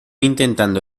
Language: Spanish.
intentando